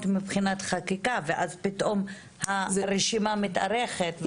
מבחינת חקיקה ואז פתאום הרשימה מתארכת.